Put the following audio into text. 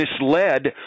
misled